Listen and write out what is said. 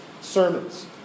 sermons